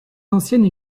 anciennes